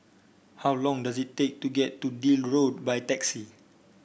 how long does it take to get to Deal Road by taxi